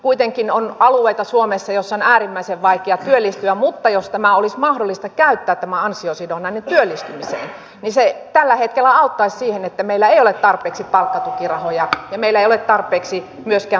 kuitenkin suomessa on alueita joilla on äärimmäisen vaikea työllistyä mutta jos olisi mahdollista käyttää tämä ansiosidonnainen työllistymiseen niin se tällä hetkellä auttaisi siihen että meillä ei ole tarpeeksi palkkatukirahoja ja meillä ei ole tarpeeksi myöskään starttirahoja